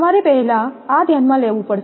તમારે પહેલા આ ધ્યાનમાં લેવું પડશે